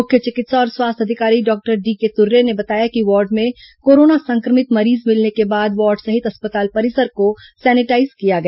मुख्य चिकित्सा और स्वास्थ्य अधिकारी डॉक्टर डीके तुर्रे ने बताया कि वार्ड में कोरोना संक्रमित मरीज मिलने के बाद वार्ड सहित अस्पताल परिसर को सैनिटाईज किया गया